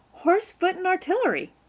horse, foot and artillery.